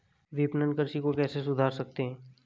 विपणन कृषि को कैसे सुधार सकते हैं?